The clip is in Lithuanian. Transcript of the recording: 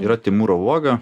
yra timūro uoga